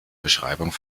beschreibung